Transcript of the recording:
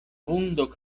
vundo